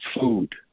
food